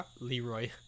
Leroy